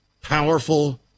powerful